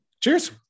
cheers